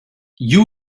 you